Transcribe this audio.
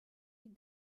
die